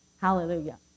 Hallelujah